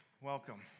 welcome